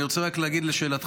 אני רוצה רק להגיד לשאלתך,